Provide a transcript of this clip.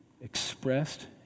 expressed